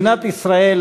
מדינת ישראל,